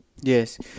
Yes